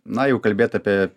na jau kalbėt apie